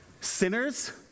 sinners